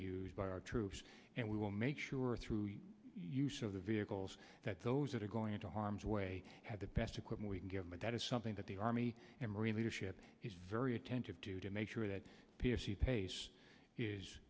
used by our troops and we will make sure through the use of the vehicles that those that are going into harm's way have the best equipment we can give them and that is something that the army and marine leadership is very attentive to to make sure that p f c pace is